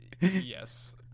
yes